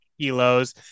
kilos